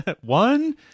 One